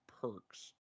perks